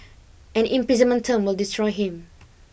an imprisonment term would destroy him